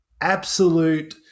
absolute